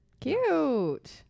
Cute